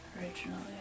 originally